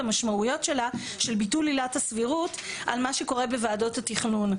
המשמעויות שלה של ביטול עילת הסבירות על מה שקורה בוועדות התכנון.